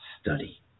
study